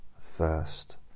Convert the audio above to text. first